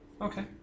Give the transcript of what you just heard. Okay